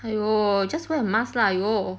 !aiyo! just wear a mask lah !aiyo!